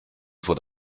vor